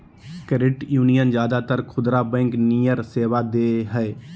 credit union ज्यादातर खुदरा bank नियर सेवा दो हइ